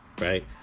right